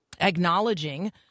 acknowledging